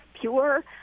pure